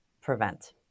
prevent